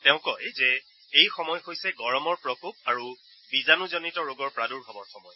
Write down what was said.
তেওঁ কয় যে এই সময় হৈছে গৰমৰ প্ৰকোপ আৰু বীজাণুজনিত ৰোগৰ প্ৰাদুৰ্ভাৱৰ সময়